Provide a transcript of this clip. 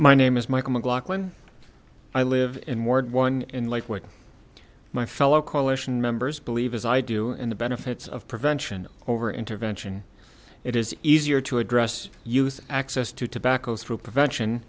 my name is michael mclaughlin i live in ward one in lakewood my fellow coalition members believe as i do in the benefits of prevention over intervention it is easier to address youth access to tobacco through prevention